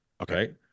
Okay